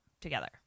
together